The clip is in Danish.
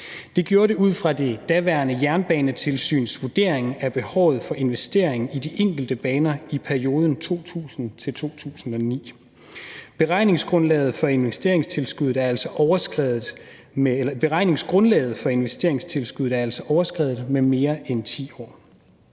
Det gjorde de ud fra det daværende Jernbanetilsynets vurdering af behovet for investering i de enkelte baner i perioden 2000-2009. Beregningsgrundlaget for investeringstilskuddet er altså overskredet med mere end 10 år.